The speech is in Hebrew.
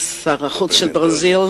שר החוץ של ברזיל,